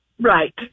Right